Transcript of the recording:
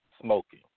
smoking